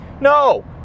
No